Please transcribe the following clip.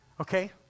Okay